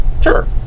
Sure